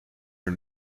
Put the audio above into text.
are